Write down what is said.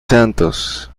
santos